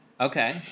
Okay